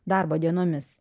darbo dienomis